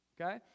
Okay